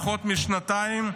פחות משנתיים,